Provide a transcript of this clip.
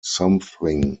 something